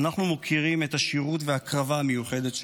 אנחנו מוקירים את השירות וההקרבה המיוחדת שלהם.